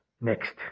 next